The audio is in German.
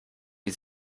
die